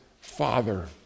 Father